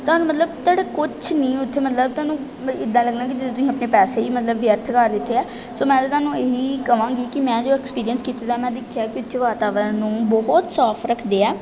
ਤੁਹਾਨੂੰ ਮਤਲਬ ਤੁਹਾਡਾ ਕੁਛ ਨਹੀਂ ਉੱਥੇ ਮਤਲਬ ਤੁਹਾਨੂੰ ਇੱਦਾਂ ਲੱਗਣਾ ਕਿ ਜਿੱਦਾਂ ਤੁਸੀਂ ਆਪਣੇ ਪੈਸੇ ਹੀ ਮਤਲਬ ਵਿਅਰਥ ਕਰ ਦਿੱਤੇ ਹੈ ਸੋ ਮੈਂ ਤਾਂ ਤੁਹਾਨੂੰ ਇਹ ਹੀ ਕਹਾਂਗੀ ਕਿ ਮੈਂ ਜੋ ਐਕਸਪੀਰੀਐਂਸ ਕੀਤੇ ਦਾ ਮੈਂ ਦੇਖਿਆ ਵਿੱਚ ਵਾਤਾਵਰਨ ਨੂੰ ਬਹੁਤ ਸਾਫ਼ ਰੱਖਦੇ ਹੈ